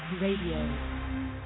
Radio